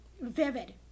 vivid